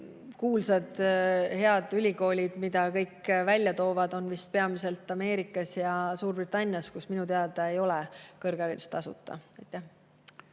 kuulsad ja head ülikoolid, mida kõik välja toovad, on vist peamiselt Ameerikas ja Suurbritannias, kus minu teada ei ole kõrgharidus tasuta.